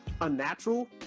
unnatural